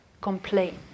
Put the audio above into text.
complain